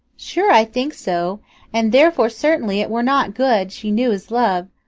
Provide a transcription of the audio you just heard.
sure i think so and therefore certainly it were not good she knew his love,